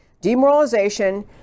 demoralization